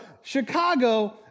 Chicago